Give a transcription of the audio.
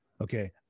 Okay